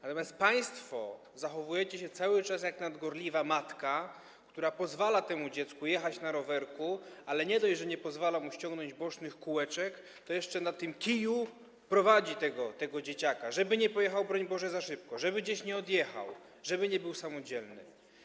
Natomiast państwo zachowujecie się cały czas jak nadgorliwa matka, która pozwala temu dziecku jechać na rowerku, ale nie dość, że nie pozwala mu ściągnąć bocznych kółeczek, to jeszcze prowadzi tego dzieciaka na kiju, żeby nie pojechał broń Boże za szybko, żeby gdzieś nie odjechał, żeby nie był samodzielny.